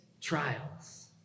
trials